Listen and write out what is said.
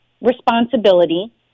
responsibility